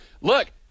look